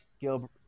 Gilbert